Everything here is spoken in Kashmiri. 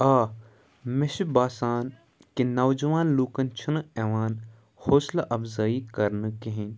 آ مےٚ چھُ باسان کہِ نوجوان لوٗکن چھُنہٕ یِوان حوصلہٕ اَفظٲیی کرنہٕ کِہینۍ